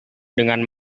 dengan